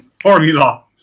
formula